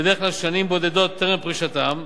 ובדרך כלל שנים בודדות טרם פרישתם,